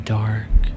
dark